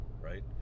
Right